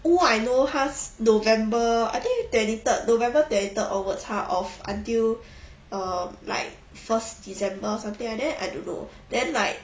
wu I know has november I think twenty third november twenty third onwards 他 off until err like first december or something like that I don't know then like